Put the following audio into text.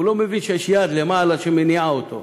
הוא לא מבין שיש יד למעלה שמניעה אותו.